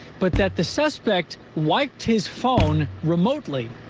but that the suspect wiped his phone remotely.